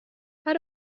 how